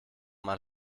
mal